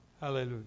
Hallelujah